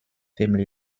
family